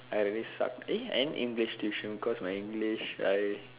I really sucked eh and English tuition because my English I